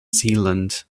zealand